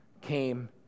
came